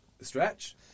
stretch